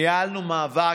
ניהלנו מאבק.